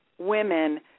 women